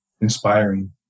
inspiring